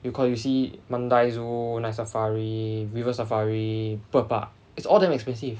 you got you see mandai zoo night safari river safari bird park is all damn expensive